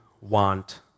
want